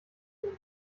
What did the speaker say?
tun